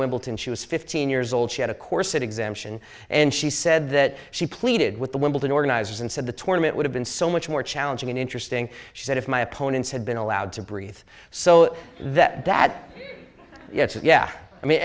wimbledon she was fifteen years old she had a corset exemption and she said that she pleaded with the wimbledon organizers and said the tournament would have been so much more challenging and interesting she said if my opponents had been allowed to breathe so that that yeah i mean